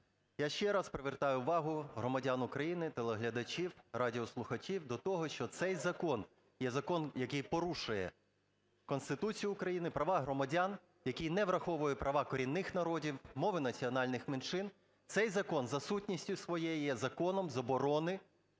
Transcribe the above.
я ще раз привертаю увагу громадян України, телеглядачів, радіослухачів до того, що цей закон є закон, який порушує Конституцію України, права громадян, який не враховує права корінних народів, мови національних меншин, цей закон за сутністю своєю є законом заборони